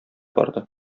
барды